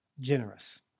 generous